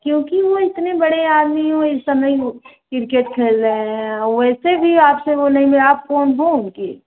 क्योंकि वह इतने बड़े आदमी हैं इस समय वह किरकेट खेल रहे हैं वैसे भी वह आपसे नहीं मिल आप कौन हो उनकी